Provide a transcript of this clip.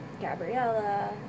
Gabriella